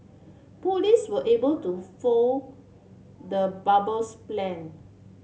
police were able to foil the bomber's plan